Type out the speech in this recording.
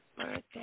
Birthday